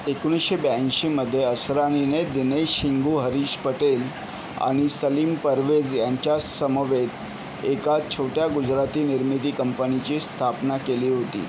एकोणिसशे ब्याऐंशीमध्ये असरानीने दिनेश हिंगू हरीश पटेल आणि सलीम परवेज यांच्यासमवेत एका छोट्या गुजराती निर्मिती कंपनीची स्थापना केली होती